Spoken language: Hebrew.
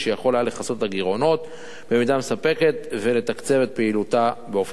לכסות את הגירעונות במידה מספקת ולתקצב את פעילותה באופן הולם.